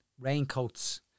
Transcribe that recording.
raincoats